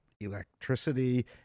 electricity